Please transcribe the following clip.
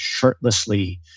shirtlessly